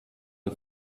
den